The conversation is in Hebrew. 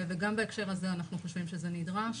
וגם בהקשר הזה אנחנו חושבים שזה נדרש